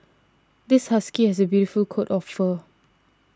this husky has a beautiful coat of fur